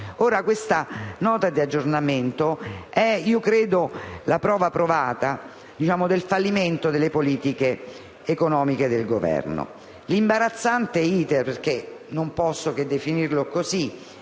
questa Nota di aggiornamento sia la prova provata del fallimento delle politiche economiche del Governo. L'imbarazzante *iter* - non posso che definirlo così